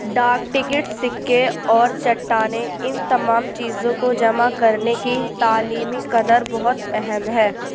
ڈاک ٹکٹ سکّے اور چٹانیں ان تمام چیزوں کو جمع کرنے کی تعلیمی قدر بہت اہم ہے